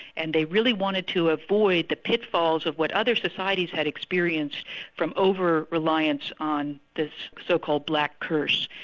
and they really wanted to avoid the pitfalls of what other societies had experienced from over-reliance on this so-called black curse.